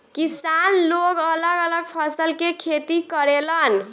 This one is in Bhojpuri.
किसान लोग अलग अलग फसल के खेती करेलन